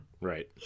Right